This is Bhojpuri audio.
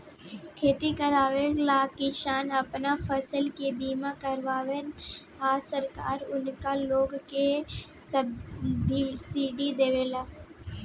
खेती करेवाला किसान आपन फसल के बीमा करावेलन आ सरकार उनका लोग के सब्सिडी देले